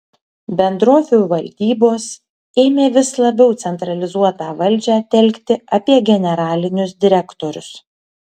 bendrovių valdybos ėmė vis labiau centralizuotą valdžią telkti apie generalinius direktorius